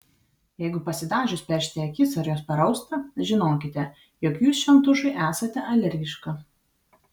jeigu pasidažius peršti akis ar jos parausta žinokite jog jūs šiam tušui esate alergiška